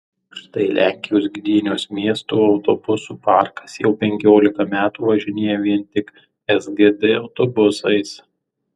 štai lenkijos gdynios miesto autobusų parkas jau penkiolika metų važinėja vien tik sgd autobusais